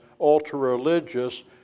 ultra-religious